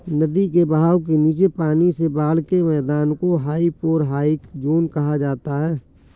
नदी के बहाव के नीचे पानी से बाढ़ के मैदान को हाइपोरहाइक ज़ोन कहा जाता है